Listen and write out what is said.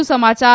વધુ સમાચાર